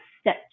step